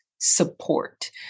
support